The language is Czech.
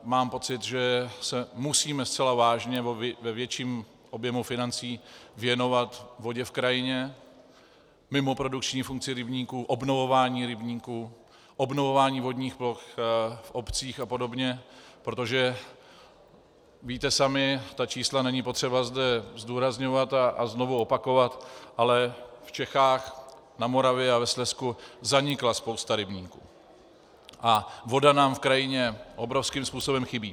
Mám pocit, že se musíme zcela vážně, ve větším objemu financí věnovat vodě v krajině, mimoprodukční funkci rybníků, obnovování rybníků, obnovování vodních ploch v obcích a podobně, protože víte sami, ta čísla není potřeba zde zdůrazňovat a znovu opakovat, ale v Čechách, na Moravě a ve Slezsku zanikla spousta rybníků a voda nám v krajině obrovským způsobem chybí.